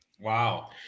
Wow